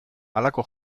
halako